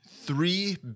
three